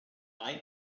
eye